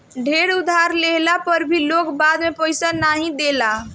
ढेर उधार लेहला पअ भी लोग बाद में पईसा नाइ देला